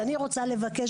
ואני רוצה לבקש,